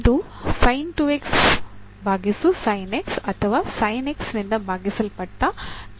ಇದು ಭಾಗಿಸು ಅಥವಾ sin x ನಿಂದ ಭಾಗಿಸಲ್ಪಟ್ಟ 2 sin x ಮತ್ತು cos x